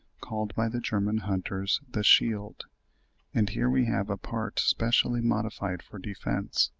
called by the german hunters, the shield and here we have a part specially modified for defence.